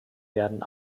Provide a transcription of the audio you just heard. werden